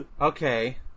Okay